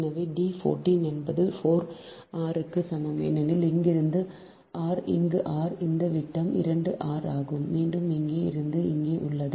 எனவே D 14 என்பது 4 r க்கு சமம் ஏனெனில் இங்கிருந்து இங்கு r இந்த விட்டம் 2 r ஆகும் மீண்டும் இங்கே இருந்து இங்கே உள்ளது